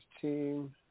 team